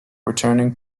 returning